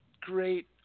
great